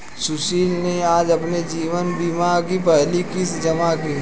सुशील ने आज अपने जीवन बीमा की पहली किश्त जमा की